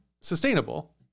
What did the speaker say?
sustainable